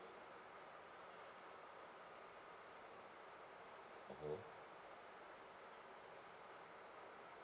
mmhmm